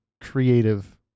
creative